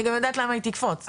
אני גם יודעת למה היא תקפוץ,